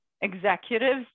executives